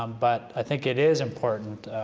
um but i think it is important,